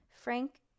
Frank